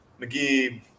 McGee